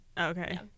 Okay